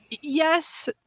yes